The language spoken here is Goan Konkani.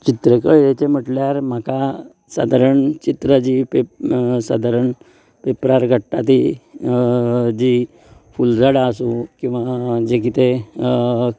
चित्रकलेचे म्हटल्यार म्हाका सादारण चित्रां जी पेप सादारण पेपरार काडटात ती जी फुलझाडां आसूं किंवां जे कितें